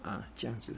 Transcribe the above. uh 这样子